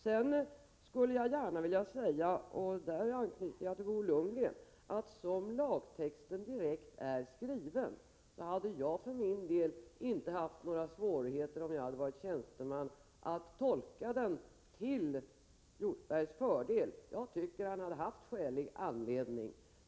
Jag skulle gärna vilja säga, och där anknyter jag till Bo Lundgren, att som lagtexten direkt är skriven hade jag för min del, om jag hade varit tjänsteman, inte haft några svårigheter att tolka den till Hjortbergs fördel. Jag tycker att han hade haft skälig anledning.